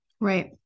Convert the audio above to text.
Right